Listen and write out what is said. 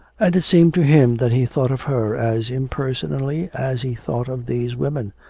and it seemed to him that he thought of her as impersonally as he thought of these women,